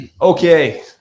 okay